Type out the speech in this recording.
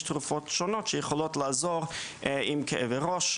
תרופות שונות שיכולות לעזור עם כאבי ראש,